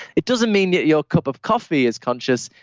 it doesn't mean that your cup of coffee is conscious.